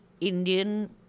Indian